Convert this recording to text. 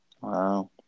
wow